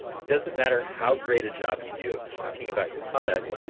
it doesn't matter how great a job you do of talking about your product.